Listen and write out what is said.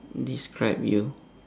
describe you